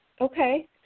okay